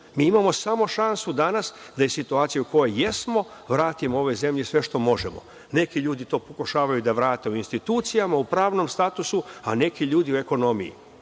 Mi imamo samo šansu danas da je situacija u kojoj jesmo, vratimo ovoj zemlji sve što možemo. Neki ljudi to pokušavaju da vrate u institucijama, u pravnom statusu, a neki u ekonomiji. Zovu